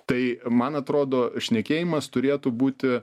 tai man atrodo šnekėjimas turėtų būti